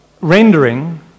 rendering